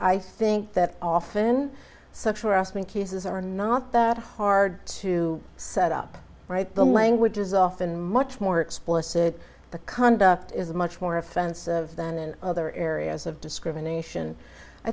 i think that often sexual harassment cases are not that hard to set up right the language is often much more explicit the conduct is much more offensive than in other areas of discrimination i